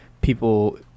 People